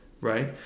right